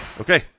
Okay